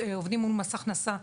עובדים מול מס הכנסה.